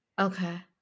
Okay